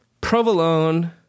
provolone